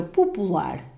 popular